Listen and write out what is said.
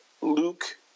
Luke